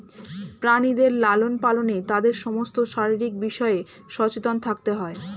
প্রাণীদের লালন পালনে তাদের সমস্ত শারীরিক বিষয়ে সচেতন থাকতে হয়